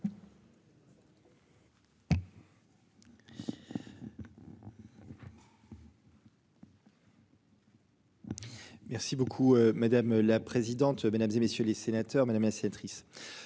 Merci beaucoup madame la présidente, mesdames et messieurs les sénateurs. Madame triste.